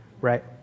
right